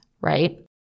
Right